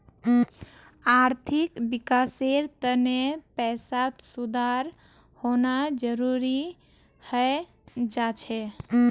आर्थिक विकासेर तने पैसात सुधार होना जरुरी हय जा छे